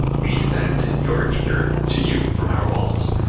we send your ether to you from our wallets.